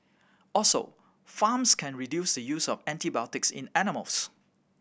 also farms can reduce the use of antibiotics in animals